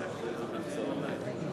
בבקשה, חבר הכנסת לוין.